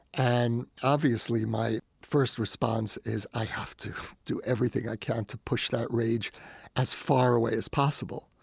and, obviously, my first response is i have to do everything i can to push that rage as far away as possible.